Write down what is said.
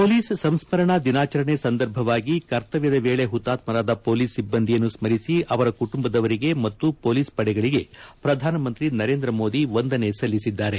police ಸಂಸ್ಕರಣಾ ದಿನಾಚರಣೆ ಸಂದರ್ಭವಾಗಿ ಕರ್ತವ್ಲದ ವೇಳೆ ಹುತಾತ್ಸರಾದ ಪೊಲೀಸ್ ಸಿಬ್ಲಂದಿಯನ್ನು ಸ್ಕರಿಸಿ ಅವರ ಕುಟುಂಬದವರಿಗೆ ಮತ್ತು ಪೊಲೀಸ್ ಪಡೆಗಳಗೆ ಪ್ರಧಾನಮಂತ್ರಿ ನರೇಂದ್ರ ಮೋದಿ ವಂದನೆ ಸಲ್ಲಿಸಿದ್ದಾರೆ